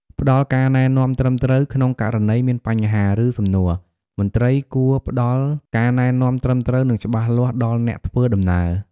ផ្តល់ការណែនាំត្រឹមត្រូវ ក្នុងករណីមានបញ្ហា ឬសំណួរ មន្ត្រីគួរផ្តល់ការណែនាំត្រឹមត្រូវ និងច្បាស់លាស់ដល់អ្នកធ្វើដំណើរ។